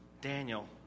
Daniel